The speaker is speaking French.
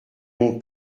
mon